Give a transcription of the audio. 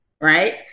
right